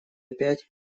опять